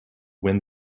win